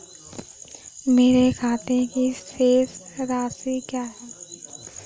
मेरे खाते की शेष राशि क्या है?